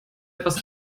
etwas